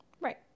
right